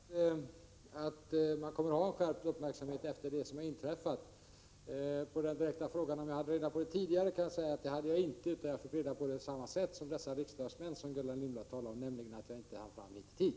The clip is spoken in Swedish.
Herr talman! Jag förutsätter att man kommer att ha skärpt uppmärksamhet på förhållandet efter det som har inträffat. På den direkta frågan om jag hade reda på saken tidigare kan jag svara att det hade jag inte, utan jag fick reda på det på samma sätt som dessa riksdagsmän som Gullan Lindblad talar om, nämligen genom att jag inte hann fram i tid.